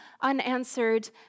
unanswered